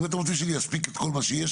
אם אתם רוצים שאספיק כל מה שיש